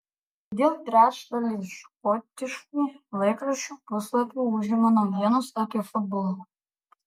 kodėl trečdalį škotiškų laikraščių puslapių užima naujienos apie futbolą